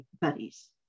buddies